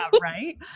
right